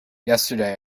yesterday